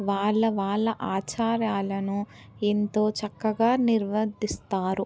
వాళ్ళ వాళ్ళ ఆచారాలను ఎంతో చక్కగా నిర్వర్తిస్తారు